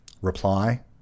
Reply